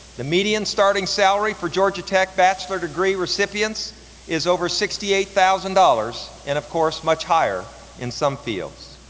the median starting salary for georgia tech bachelor degree recipients is over sixty eight thousand dollars and of course much higher in some fields.